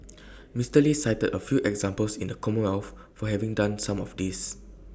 Mister lee cited A few examples in the commonwealth for having done some of this